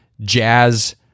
jazz